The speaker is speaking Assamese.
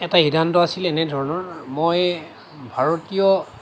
এটা সিদ্ধান্ত আছিল এনে ধৰণৰ মই ভাৰতীয়